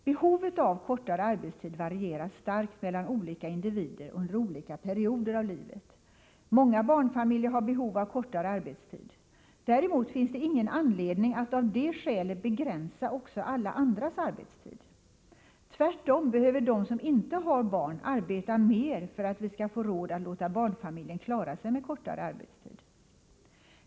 Behovet av kortare arbetstid varierar starkt mellan olika individer under olika perioder av livet. Många barnfamiljer har behov av kortare arbetstid. Däremot finns det ingen anledning att av det skälet begränsa också alla andras arbetstid. Tvärtom behöver de som inte har barn arbeta mer för att vi skall få råd att låta barnfamiljer klara sig med kortare arbetstid.